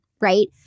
right